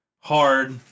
hard